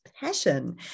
passion